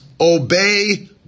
obey